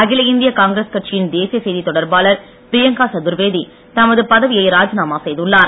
அகில இந்திய காங்கிரஸ் கட்சியின் தேசிய செய்தித் தொடர்பாளர் பிரியங்கா சதுர்வேதி தமது பதவியை ராஜிநாமா செய்துள்ளார்